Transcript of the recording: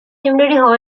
similarly